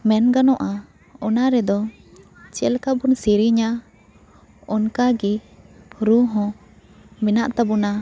ᱢᱮᱱ ᱜᱟᱱᱚᱜᱼᱟ ᱚᱱᱟ ᱨᱮᱫᱚ ᱪᱮᱫ ᱞᱮᱠᱟ ᱵᱚᱱ ᱥᱮᱨᱮᱧᱟ ᱚᱱᱠᱟ ᱜᱮ ᱨᱩ ᱦᱚᱸ ᱢᱮᱱᱟᱜ ᱛᱟᱵᱚᱱᱟ